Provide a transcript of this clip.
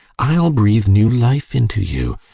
i'll breathe new life into you.